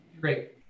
great